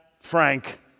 Frank